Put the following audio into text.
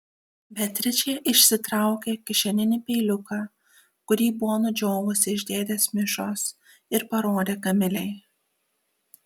beatričė išsitraukė kišeninį peiliuką kurį buvo nudžiovusi iš dėdės mišos ir parodė kamilei